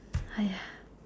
Hai ya